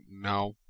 no